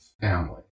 family